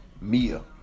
mia